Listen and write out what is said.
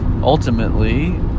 ultimately